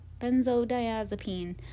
Benzodiazepine